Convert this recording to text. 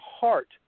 heart